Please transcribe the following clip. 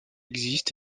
existent